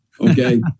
okay